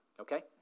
Okay